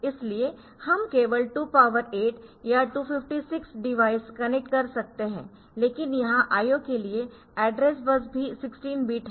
इसलिए हम केवल 28 या 256 डिवाइस कनेक्ट कर सकते है लेकिन यहां IO के लिए एड्रेस बस भी 16 बिट है